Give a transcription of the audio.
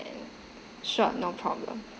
sure no problem